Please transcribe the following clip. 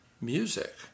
music